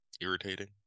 irritating